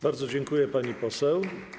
Bardzo dziękuję, pani poseł.